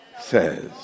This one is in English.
says